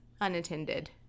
unattended